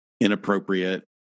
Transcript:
inappropriate